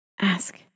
Ask